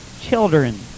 children